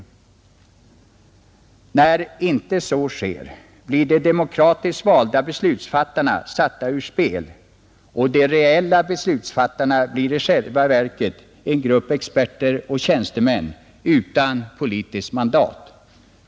När inte så sker blir de demokratiskt valda beslutsfattarna satta ur spel, och de reella beslutsfattarna blir i själva verket en grupp experter och tjänstemän utan politiskt mandat.